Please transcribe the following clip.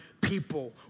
people